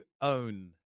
own